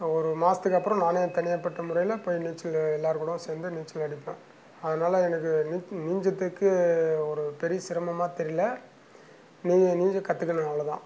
ஒரு மாசத்துக்கு அப்புறம் நானே தனிப்பட்ட முறையில் போய் நீச்சலு எல்லோருக்கூடவும் சேர்ந்து நீச்சல் அடிப்பேன் அதனால எனக்கு நீச் நீஞ்சத்துக்கு ஒரு பெரி சிரமமாக தெரியல நீய நீஞ்ச கற்றுக்குனேன் அவ்வளோ தான்